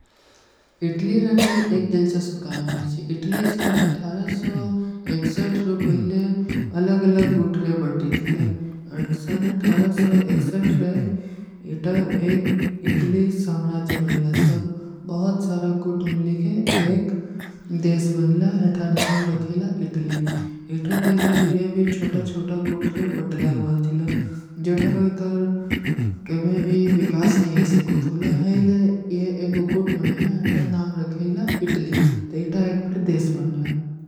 ଇଟଲୀ ରର ଭୀ ଏକ ଦିଲ୍ଚସ୍ପ ଗହାନ ହୈ ଚୀ, ଇଟଲୀ ସନ ଅଠାରହ ସୋ ଏକ ସେଟ ରୂ ପହଲେ ଅଲଗ-ଅଲଗ ଗୁଟରେ ବଟୀ ଥୀଲା ସନ ଅଠାରହ ସୋ ଏକ ସେଟ ରେ ଇତା ଏକ ଇଟଲୀ ସମରାଜୀ ବନଲା ସବ। ବହୁତ ସାରା ଗୁଟ ମିଲୀ କେ ଏକ ଦେଶ ବନଲା, ଅଥାର ନାମ ରଖେଲା ଇଟଲୀ ଇତା ଏକ ଫିର ଦେଶ ବନଲା।